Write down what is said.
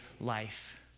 life